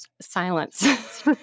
silence